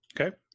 Okay